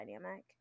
dynamic